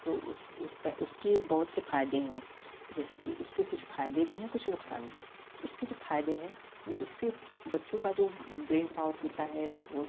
तो उसके बहुत से फायदे हैं जैसे कि उसके कुछ फायदे भी है कुछ नुकसान भी है उसके जो फायदे हैं उससे बच्चों का जो ब्रेन पावर होता है वो